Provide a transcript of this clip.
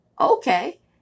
okay